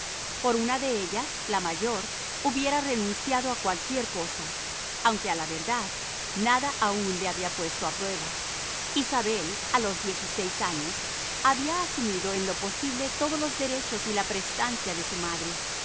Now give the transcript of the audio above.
por una de ellas la mayor hubiera renunciado a cualquier cosa aunque a la verdad nada aún le había puesto a prueba isabel a los diez y seis años había asumido en lo posible todos los derechos y la prestancia de su madre